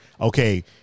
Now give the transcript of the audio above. okay